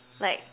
like